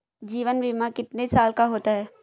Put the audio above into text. जीवन बीमा कितने साल का होता है?